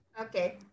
Okay